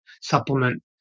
supplement